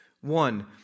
One